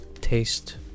taste